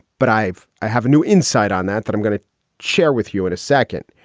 but i've i have a new insight on that that i'm going to share with you in a second.